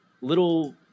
little